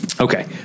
Okay